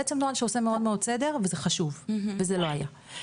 בעצם נוהל שעושה מאוד מאוד סדר וזה חשוב וזה לא היה.